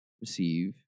receive